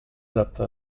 after